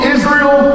Israel